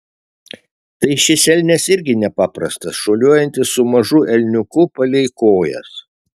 tai šis elnias irgi nepaprastas šuoliuojantis su mažu elniuku palei kojas